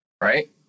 Right